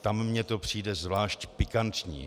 Tam mi to přijde zvlášť pikantní.